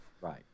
Right